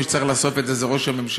מי שצריך לאסוף את זה זה ראש הממשלה.